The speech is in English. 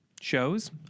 shows